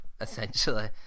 essentially